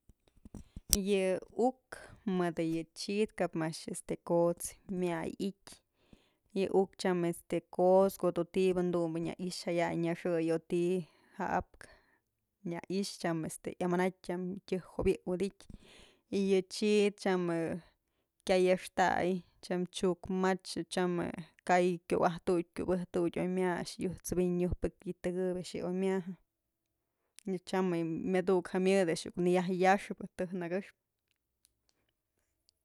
Yë uk mëdë yë chid kap më a'ax este kot's myaj i'ityë yë uk tyam este kot's ko'o dun ti'ibë dun nya i'ixë jaya'a nyaxëy o ti'i ja'abkë nya i'ixë tyam este yamanatyë tyam tyëjk jyubyë wëdytyë y yë chid tyam yë kyay a'axtay tyam chuk mach tyam je'e kay kuwa'atudyë kubëjtudyë oy ma a'ax yoj t'sëbiñ yojpëk y tëkëbyë yë oymajë y tyam yë myëduk jëmyëd a'ax iuk nëyaj yaxëbë tëj nëkëxpë.